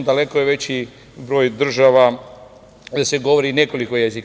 Daleko je veći broj država da se govori nekoliko jezika.